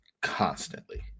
constantly